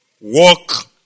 Walk